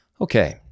okay